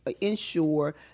ensure